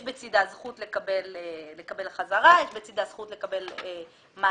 יש בצדה זכות לקבל חזרה, יש בצדה זכות לקבל מענק.